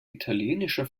italienischer